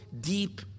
deep